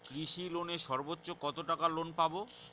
কৃষি লোনে সর্বোচ্চ কত টাকা লোন পাবো?